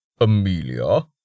Amelia